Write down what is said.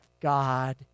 god